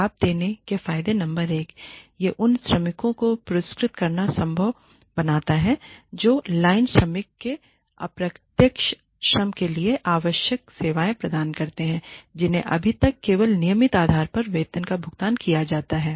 लाभ देने के फायदे नंबर एक हैं यह उन श्रमिकों को पुरस्कृत करना संभव बनाता है जो लाइन श्रमिकों को अप्रत्यक्ष श्रम के लिए आवश्यक सेवाएं प्रदान करते हैं जिन्हें अभी तक केवल नियमित आधार पर वेतन का भुगतान किया जाता है